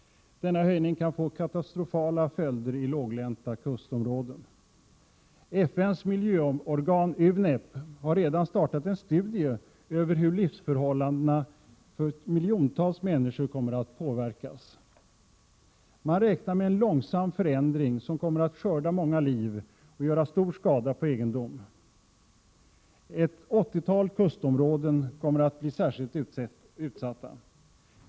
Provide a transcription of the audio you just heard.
Denna höjning kan ge katastrofala följder i låglänta kustområden. FN:s miljöorgan UNEP har redan startat en studie över hur livsförhållanden för miljontals människor kommer att påverkas. Man räknar med en långsam förändring, som kommer att skörda många liv och göra stor skada på egendom. Ett åttiotal kustområden kommer att bli särskilt utsatta.